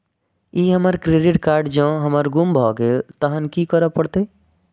ई हमर credit card जौं हमर गुम भ गेल तहन की करे परतै?